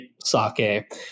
sake